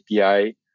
API